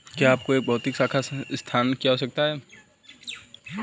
क्या आपको एक भौतिक शाखा स्थान की आवश्यकता है?